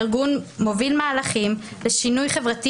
הארגון מוביל מהלכים לשינוי חברתי